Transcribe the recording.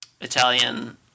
Italian